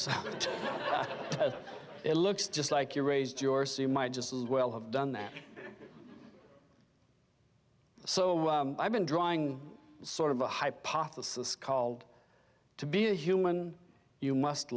so it looks just like you raised your soon might just as well have done that so i've been drawing sort of a hypothesis called to be a human you must